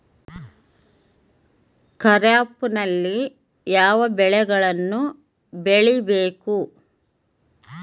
ಖಾರೇಫ್ ನಲ್ಲಿ ಯಾವ ಬೆಳೆಗಳನ್ನು ಬೆಳಿಬೇಕು?